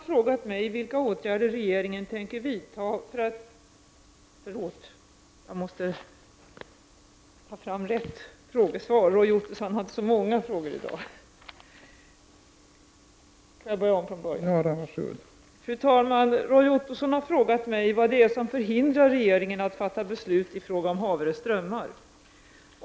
Fru talman! Roy Ottosson har frågat mig vad det är som förhindrar regeringen att fatta beslut i fråga om Haverö strömmar.